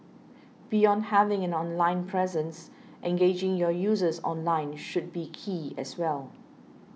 beyond having an online presence engaging your users offline should be key as well